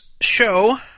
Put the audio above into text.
show